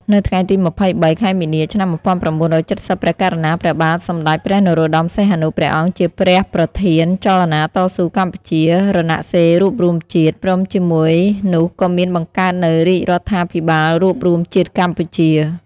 នៅថ្ងៃទី២៣ ខែមីនា ឆ្នាំ១៩៧០ ព្រះករុណា ព្រះបាទសម្តេច ព្រះនរោត្តម សីហនុ ព្រះអង្គជាព្រះប្រធានចលនាតស៊ូកម្ពុជា «រណសិរ្សរួបរួមជាតិ» ព្រមជាមួយរនោះក៏មានបង្កើតនូវរាជរដ្ឋាភិបាលរួបរួមជាតិកម្ពុជា។